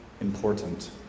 important